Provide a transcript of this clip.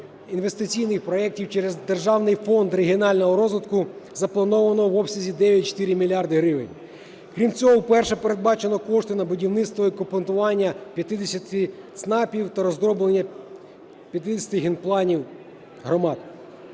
інвестиційних проектів через Державний фонд регіонального розвитку заплановано в обсязі 9,4 мільярда гривень. Крім цього, вперше передбачено кошти на будівництво і укомплектування 50 ЦНАПів та розроблення 50 генпланів громад.